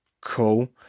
Cool